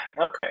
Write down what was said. okay